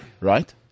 right